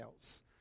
else